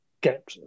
get